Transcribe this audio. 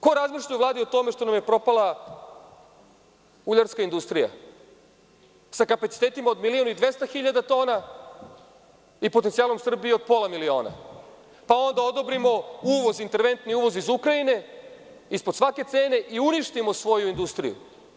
Ko razmišlja u Vladi o tome što nam je propala uljarska industrija sa kapacitetima od 1.200.000 tona i potencijalom Srbije od pola miliona, pa onda odobrimo interventni uvoz iz Ukrajine, ispod svake cene i uništimo svoju industriju?